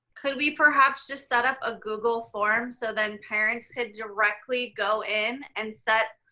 could we perhaps just set up a google form so then parents could directly go in and set